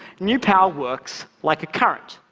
new power works like a current.